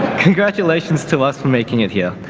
congratulations, to us for making it here.